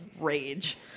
rage